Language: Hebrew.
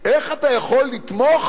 איך אתה יכול לתמוך